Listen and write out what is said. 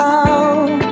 out